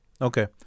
Okay